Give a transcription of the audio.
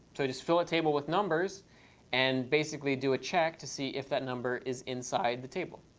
so just fill a table with numbers and basically do a check to see if that number is inside the table.